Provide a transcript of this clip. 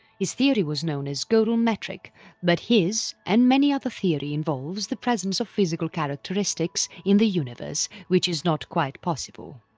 his theory was known as godel metric but his and many others theory involves the presence of physical characteristics in the universe, which is not quite possible.